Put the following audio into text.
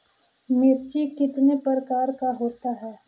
मिर्ची कितने प्रकार का होता है?